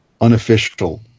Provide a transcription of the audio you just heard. unofficial